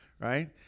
right